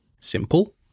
simple